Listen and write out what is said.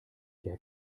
der